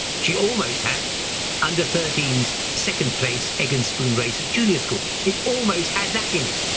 she almost had under thirteen s second place egg and spoon race at junior school, it almost had that in it.